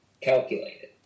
calculated